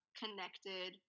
connected